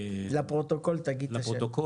לפרוטוקול תגיד את השם.